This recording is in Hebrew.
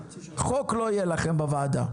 חוק לא יהיה לכם בוועדה.